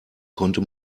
konnte